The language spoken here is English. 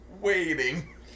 Waiting